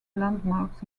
landmarks